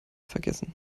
vergessen